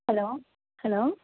hello hello